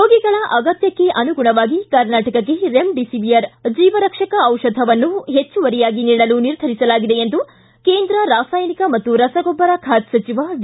ರೋಗಿಗಳ ಅಗತ್ಯಕ್ಕೆ ಅನುಗುಣವಾಗಿ ಕರ್ನಾಟಕಕ್ಕೆ ರೆಮ್ಡಿಸಿವಿಯರ್ ಜೀವರಕ್ಷಕ ದಿಷಧವನ್ನು ಹೆಚ್ಚುವರಿಯಾಗಿ ನೀಡಲು ನಿರ್ಧರಿಸಲಾಗಿದೆ ಎಂದು ಕೇಂದ್ರ ರಾಸಾಯನಿಕ ಮತ್ತು ರಸಗೊಬ್ಬರ ಖಾತೆ ಸಚಿವ ಡಿ